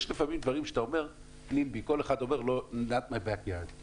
יש לפעמים דברים שאתה אומר שכל אחד אומר לא בחצר האחורית שלי.